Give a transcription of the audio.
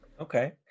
Okay